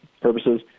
purposes